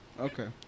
Okay